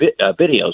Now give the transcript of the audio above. videos